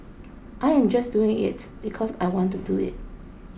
I am just doing it because I want to do it